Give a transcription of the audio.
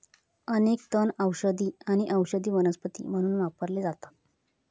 अनेक तण औषधी आणि औषधी वनस्पती म्हणून वापरले जातत